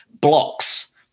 Blocks